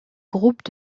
groupes